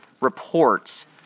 reports